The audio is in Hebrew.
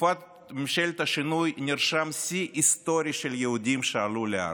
בתקופת ממשלת השינוי נרשם שיא היסטורי של יהודים שעלו להר.